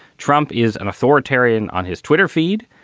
trump is an authoritarian on his twitter feed.